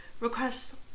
Request